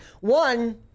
one